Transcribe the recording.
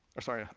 or sorry,